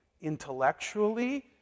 intellectually